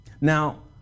Now